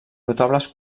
notables